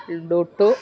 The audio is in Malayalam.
ഡുട്ടു